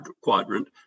quadrant